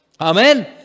Amen